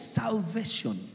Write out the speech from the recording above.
salvation